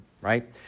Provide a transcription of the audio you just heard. right